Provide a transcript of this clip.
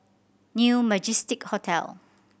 New Majestic Hotel